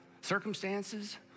circumstances